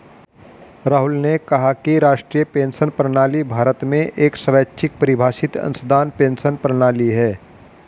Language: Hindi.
राहुल ने कहा कि राष्ट्रीय पेंशन प्रणाली भारत में एक स्वैच्छिक परिभाषित अंशदान पेंशन प्रणाली है